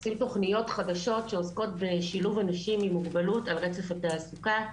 ועושים תכניות חדשות שעוסקות בשילוב אנשים עם מוגבלות על רצף התעסוקה.